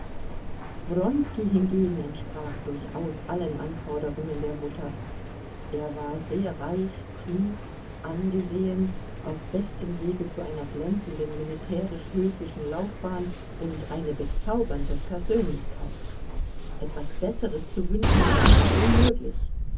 wronski hingegen entsprach durchaus allen anforderungen der mutter er war sehr reich klug angesehen auf bestem wege zu einer glänzenden militärisch höfischen laufbahn und eine bezaubernde persönlichkeit etwas besseres zu wünschen war einfach unmöglich